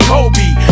Kobe